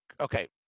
Okay